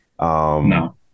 No